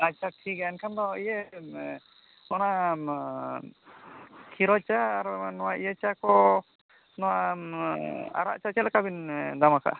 ᱟᱪᱪᱷᱟ ᱴᱷᱤᱠ ᱜᱮᱭᱟ ᱮᱱᱠᱷᱟᱱ ᱫᱚ ᱤᱭᱟᱹ ᱚᱱᱟ ᱠᱷᱤᱨᱚ ᱪᱟ ᱟᱨ ᱱᱚᱣᱟ ᱤᱭᱟᱹ ᱪᱟ ᱠᱚ ᱱᱚᱣᱟ ᱟᱨᱟᱜ ᱪᱟ ᱪᱮᱫ ᱞᱮᱠᱟᱵᱤᱱ ᱫᱟᱢ ᱠᱟᱜᱼᱟ